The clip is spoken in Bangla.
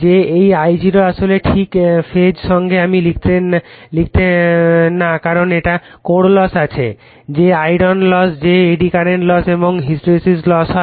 যে এই I0 আসলে ঠিক ফেজ সঙ্গে আমি লিখতে না কারণ এটা কোর লস আছে যে আইরন লস যে এডি কারেন্ট এবং হিস্টেরেসিস লস হয়